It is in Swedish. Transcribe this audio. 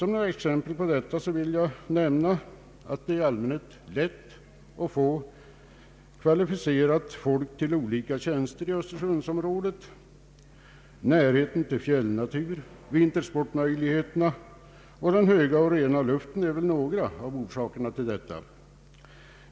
Som några exempel på sådana förutsättningar vill jag nämna att det i allallmänhet är lätt att få kvalificerat folk till olika tjänster i Östersunds området. Närheten till fjällnatur, vintersportmöjligheter och den höga och rena luften är väl några av orsakerna till detta.